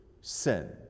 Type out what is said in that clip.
sin